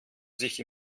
sich